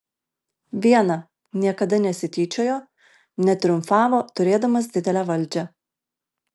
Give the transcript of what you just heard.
viena niekada nesityčiojo netriumfavo turėdamas didelę valdžią